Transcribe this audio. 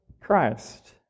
Christ